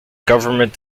government